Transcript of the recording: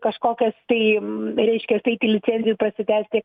kažkokias tai reiškias eiti licencijas prasitęsti